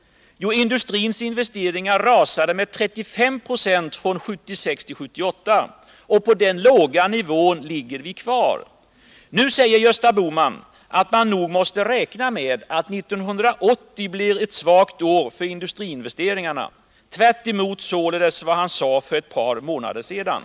Jo, industrins investeringar rasade med 35 90 från 1976 till 1978. På den låga nivån ligger de kvar. Nu säger Gösta Bohman att man nog måste räkna med att 1980 blir ett svagt år för industriinvesteringarna — tvärtemot således vad han sade för ett par månader sedan.